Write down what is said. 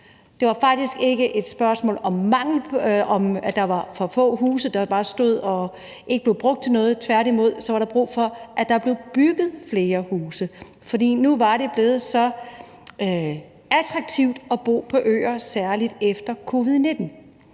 Det var faktisk ikke et spørgsmål om, at der var huse, der bare stod og ikke blev brugt til noget. Tværtimod var der brug for, at der blev bygget flere huse, for nu var det blevet så attraktivt at bo på øer, særlig efter covid-19.